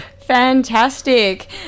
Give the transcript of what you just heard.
Fantastic